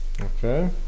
Okay